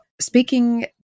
speaking